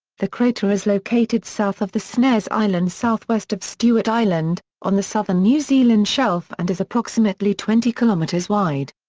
the crater is located south of the snares islands southwest of stewart island on the southern new zealand shelf and is approximately twenty kilometers wide.